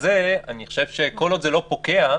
וההכרזה לא פוקעת,